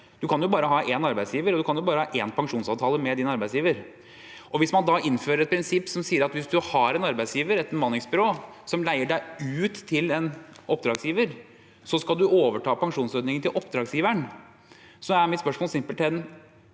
Du kan bare har én arbeidsgiver, og du kan bare ha én pensjonsavtale med din arbeidsgiver. Hvis man da innfører et prinsipp som er slik at hvis du har en arbeidsgiver, et bemanningsbyrå, som leier deg ut til en oppdragsgiver, og så skal du overta pensjonsordningen til oppdragsgiveren, da er mitt spørsmål simpelthen: